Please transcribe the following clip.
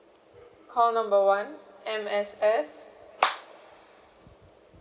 call number one M_S_F